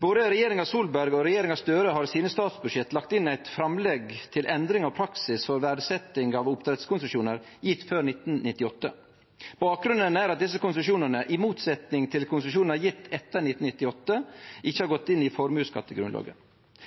Både regjeringa Solberg og regjeringa Støre har i statsbudsjetta sine lagt inn eit framlegg til endring av praksis for verdsetjing av oppdrettskonsesjonar gjeve før 1998. Bakgrunnen er at desse konsesjonane i motsetning til konsesjonar gjeve etter 1998 ikkje har gått inn i formuesskattegrunnlaget.